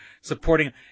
supporting